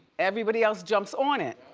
everybody else jumps on it.